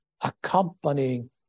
accompanying